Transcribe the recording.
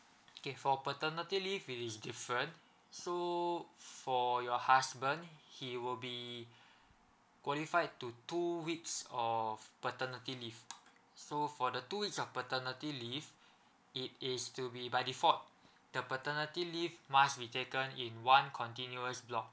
okay for paternity leave it is different so for your husband he will be qualified to two weeks of paternity leave so for the two weeks of paternity leave it is to be by default the paternity leave must be taken in one continuous block